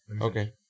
Okay